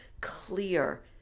clear